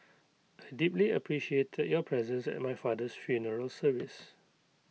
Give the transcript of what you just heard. I deeply appreciated your presence at my father's funeral service